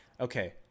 okay